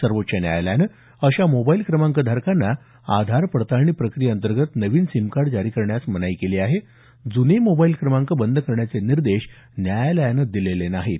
सर्वोच्च न्यायालयानं अशा मोबाईल क्रमांक धारकांना आधार पडताळणी प्रक्रियेअंतर्गत नवीन सिमकार्ड जारी करण्यास मनाई केली आहे जुने मोबाईल क्रमांक बंद करण्याचे निर्देश न्यायालयानं दिलेले नाहीत